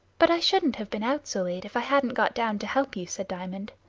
but i shouldn't have been out so late if i hadn't got down to help you, said diamond.